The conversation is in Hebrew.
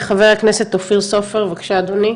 חבר הכנסת אופיר סופר, בבקשה, אדוני.